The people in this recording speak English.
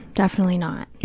definitely not.